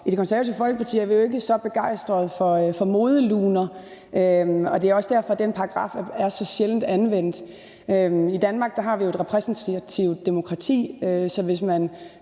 i Det Konservative Folkeparti er vi jo ikke så begejstrede for modeluner. Det er også derfor, at den paragraf er så sjældent anvendt. I Danmark har vi et repræsentativt demokrati, så hvis man